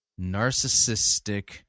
narcissistic